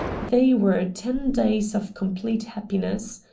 they were ten days of complete happiness.